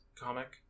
comic